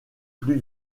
plus